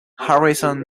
harrison